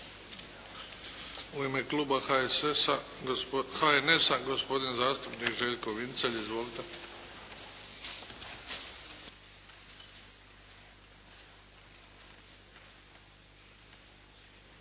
U ime Kluba HNS-a, gospodin zastupnik Željko Vincelj. Izvolite.